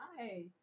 Hi